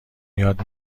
یاد